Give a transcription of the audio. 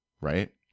right